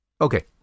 Okay